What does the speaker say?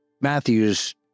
Matthew's